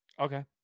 Okay